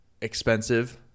expensive